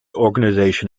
organisation